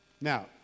Now